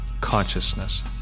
consciousness